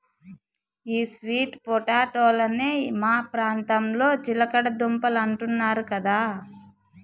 ఈ స్వీట్ పొటాటోలనే మా ప్రాంతంలో చిలకడ దుంపలంటున్నారు కదా